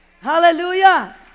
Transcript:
Hallelujah